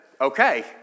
Okay